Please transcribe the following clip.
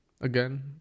Again